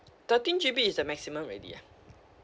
thirteen G_B is the maximum already ah